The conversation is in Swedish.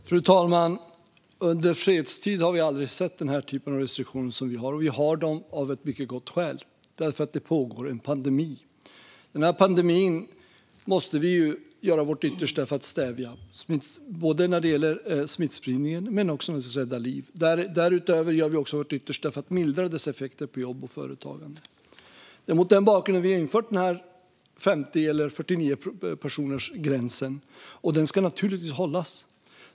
Fru talman! I fredstid har vi aldrig sett den typen av restriktioner som vi har nu. Vi har dem av ett mycket gott skäl; det pågår en pandemi. Den här pandemin måste vi göra vårt yttersta för att stävja. Det handlar både om smittspridningen och om att rädda liv. Därutöver gör vi vårt yttersta för att mildra dess effekter på jobb och företagande. Det är mot den bakgrunden vi har infört gränsen på 50 eller 49 personer. Den ska naturligtvis hållas.